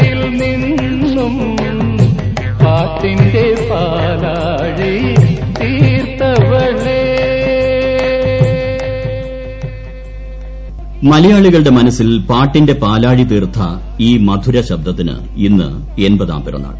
യേശുദാസ് മലയാളികളുടെ മനസിൽ പാട്ടിന്റെ പാലാഴി തീർത്ത ഈ മധുര ശബ്ദത്തിന് ഇന്ന് എൺപതാം പിറന്നാൾ